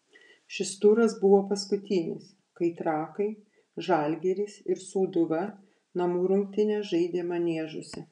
šis turas buvo paskutinis kai trakai žalgiris ir sūduva namų rungtynes žaidė maniežuose